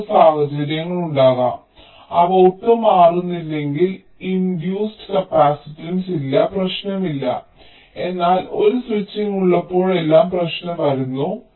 3 സാഹചര്യങ്ങളുണ്ടാകാം അവ ഒട്ടും മാറുന്നില്ലെങ്കിൽ ഇൻഡ്യൂസ്ഡ് കപ്പാസിറ്റൻസ് ഇല്ല പ്രശ്നമില്ല എന്നാൽ ഒരു സ്വിച്ചിംഗ് ഉള്ളപ്പോഴെല്ലാം പ്രശ്നം വരുന്നു